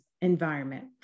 environment